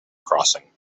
crossing